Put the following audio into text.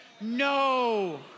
no